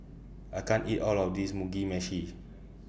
I can't eat All of This Mugi Meshi